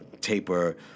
taper